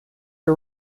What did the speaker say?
you